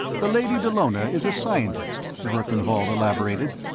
the lady dallona is a scientist, verkan vall elaborated.